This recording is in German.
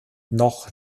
noch